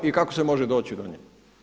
I kako se može doći do njega?